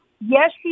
Yes